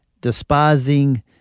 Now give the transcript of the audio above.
despising